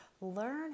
Learn